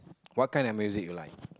what kind of music you like